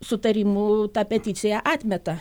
sutarimu tą peticiją atmeta